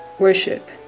Worship